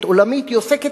הוא עוסק בתרבות,